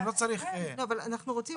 אני חושבת